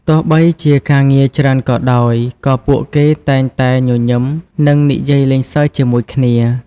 ទោះបីជាការងារច្រើនក៏ដោយ ក៏ពួកគេតែងតែញញឹម និងនិយាយលេងសើចជាមួយគ្នា។